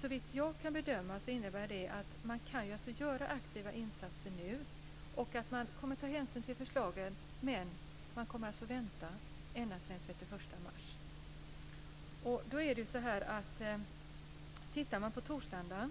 Såvitt jag kan bedöma innebär det att man alltså kan göra aktiva insatser nu och att man kommer att ta hänsyn till förslagen, men man kommer att få vänta ända till den 31 mars. Tittar man på Torslanda